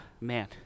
man